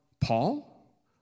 Paul